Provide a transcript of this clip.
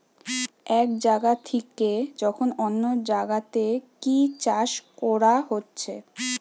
এক জাগা থিকে যখন অন্য জাগাতে কি চাষ কোরা হচ্ছে